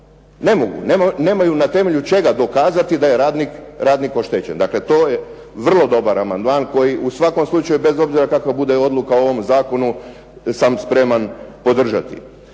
ne mogu, nemaju na temelju čega dokazati da je radnik oštećen. Dakle to je vrlo dobar amandman koji u svakom slučaju, bez obzira kakva bude odluka u ovom Zakonu sam spreman podržati.